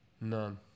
none